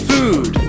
Food